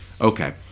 Okay